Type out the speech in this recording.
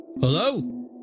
Hello